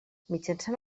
mitjançant